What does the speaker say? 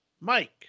Mike